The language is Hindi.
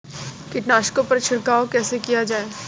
कीटनाशकों पर छिड़काव कैसे किया जाए?